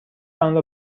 آنرا